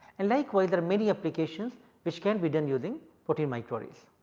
and likewise there are many applications which can be done using protein microarrays.